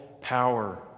power